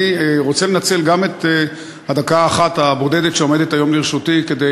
אני רוצה לנצל את הדקה האחת הבודדת שעומדת היום לרשותי גם